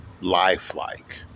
lifelike